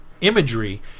imagery